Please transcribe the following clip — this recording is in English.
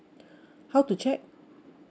how to check